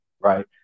Right